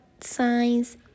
signs